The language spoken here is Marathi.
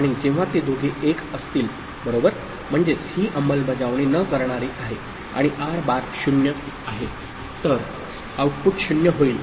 आणि जेव्हा ते दोघे 1 असतील बरोबर म्हणजेच ही अंमलबजावणी न करणारी आहे आणि आर बार 0 आहे तर आउटपुट 0 होईल